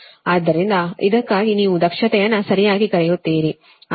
ಆದ್ದರಿಂದ ಇದಕ್ಕಾಗಿ ನೀವು ದಕ್ಷತೆಯನ್ನು ಸರಿಯಾಗಿ ಕರೆಯುತ್ತೀರಿ